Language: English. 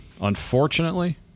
unfortunately